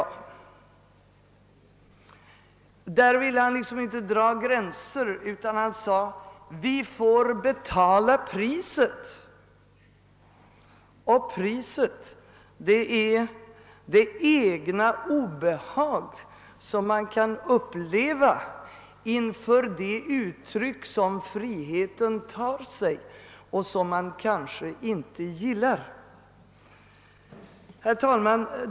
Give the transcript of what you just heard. Där ville han inte dra någon gräns, utan han sade att vi får betala priset, och priset är det >egna obehag» som man kan uppleva inför de uttryck som friheten kan ta sig och som man kanske inte gillar. Herr talman!